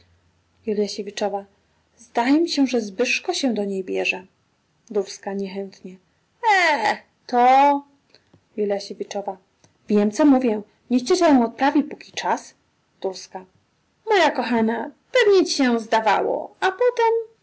no zdaje mi się że zbyszko się do niej bierze e to wiem co mówię niech ciocia ją odprawi póki czas moja kochana pewnie ci się zdawało a